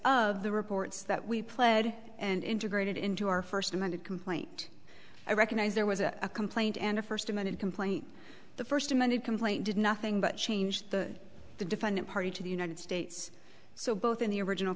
of the reports that we pled and integrated into our first amended complaint i recognize there was a complaint and a first amended complaint the first amended complaint did nothing but change the the defendant party to the united states so both in the original